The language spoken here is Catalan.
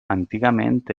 antigament